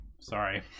Sorry